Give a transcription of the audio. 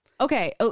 okay